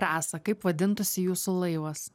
rasa kaip vadintųsi jūsų laivas